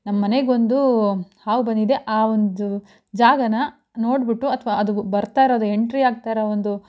ನಮ್ಮ ಮನೆಗೊಂದು ಹಾವು ಬಂದಿದೆ ಆ ಒಂದು ಜಾಗ ನೋಡಿಬಿಟ್ಟು ಅಥ್ವಾ ಅದು ಬರ್ತಾಯಿರೋದು ಎಂಟ್ರಿ ಆಗ್ತಾಯಿರೋ ಒಂದು